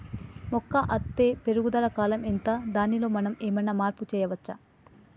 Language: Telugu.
మొక్క అత్తే పెరుగుదల కాలం ఎంత దానిలో మనం ఏమన్నా మార్పు చేయచ్చా?